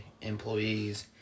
employees